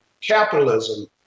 capitalism